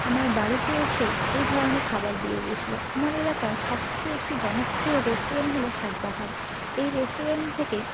আমার বাড়িতে এসে এই ধরনের খাবার দিয়ে গেছিল আমার এলাকার সবচেয়ে একটি জনপ্রিয় রেস্টুরেন্ট হলো স্বাদ বাহার এই রেস্টুরেন্ট থেকে